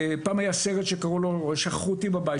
פעם היה סרט שקראו לו "שכחו אותי בבית".